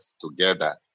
together